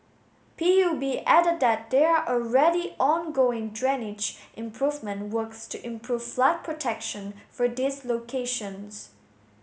P U B added that there are already ongoing drainage improvement works to improve flood protection for these locations